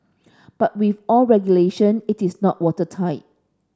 but with all regulation it is not watertight